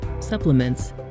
supplements